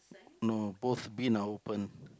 no both bin are open